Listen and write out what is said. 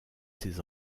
ses